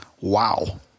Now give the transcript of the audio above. Wow